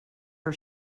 her